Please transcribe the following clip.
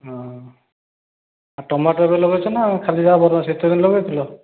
ହଁ ଆଉ ଟୋମାଟୋ ଏବେ ଲଗେଇଛ ନା ଖାଲି ଯାହା ଶୀତ ଦିନେ ଲଗେଇଥିଲ